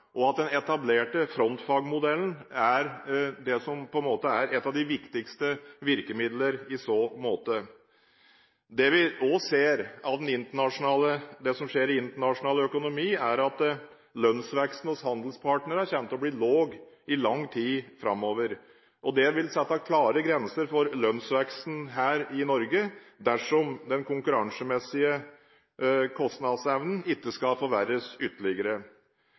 er et av de viktigste virkemidlene i så måte. Det vi også ser av det som skjer i internasjonal økonomi, er at lønnsveksten hos handelspartnerne kommer til å bli lav i lang tid framover. Det vil sette klare grenser for lønnsveksten her i Norge dersom den konkurransemessige kostnadsevnen ikke skal forverres ytterligere.